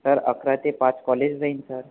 sir अकरा ते पाच कॉलेज जाईन सर